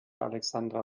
alexandra